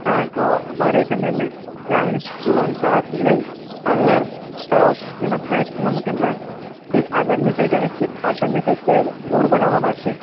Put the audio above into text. હા તો અમારે છે ને બ્લાઇન્ડ સ્કૂલ હંસારાથી લઈ અલર તળાવ સુધીના સાંઠ કિલોમીટરના આગળની સાઇડ અને પાછળની સાઈડ પર રોડ બનાવાના છે